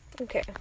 Okay